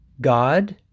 God